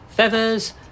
Feathers